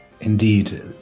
Indeed